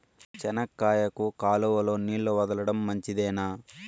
చెనక్కాయకు కాలువలో నీళ్లు వదలడం మంచిదేనా?